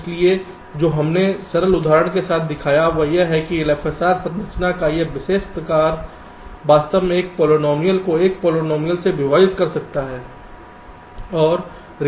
इसलिए जो हमने सरल उदाहरण के साथ दिखाया है वह यह है कि LFSR संरचना का यह विशेष प्रकार वास्तव में एक पॉलिनॉमियल को एक पॉलिनॉमियल से विभाजित कर सकता है और रिमाइंडर की गणना कर सकता है